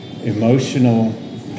emotional